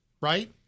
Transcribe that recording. right